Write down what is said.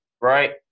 right